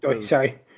Sorry